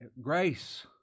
Grace